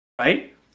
right